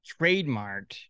trademarked